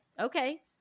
okay